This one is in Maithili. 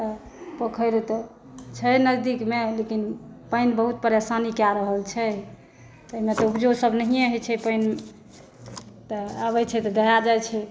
तऽ पोखरि तऽ छै नजदीकमे लेकिन पानि बहुत परेशानी कए रहल छै तइमे से उपजो सब नहिए होइ छै पानि तऽ आबय छै तऽ दहा जाइ छै